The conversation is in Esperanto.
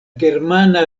germana